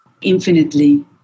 infinitely